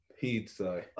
pizza